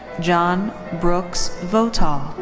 john brooks votaw.